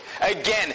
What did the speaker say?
again